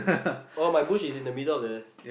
oh my bush is in the middle of the